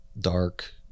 dark